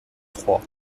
trois